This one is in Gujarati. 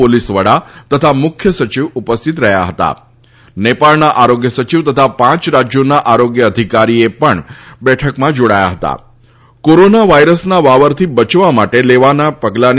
પોલીસ વડા તથા મુખ્ય સચિવ ઉપસ્થિતિ રહ્યા હતા નેપાળના આરોગ્ય સચિવ તથા પાંચ રાજ્યોના આરોગ્ય અધિકારીએ પણ બેઠકમાં જોડાયા હતાકોરોના વાયરસના વાવરથી બયવા માટે લેવાનાં પગલાંની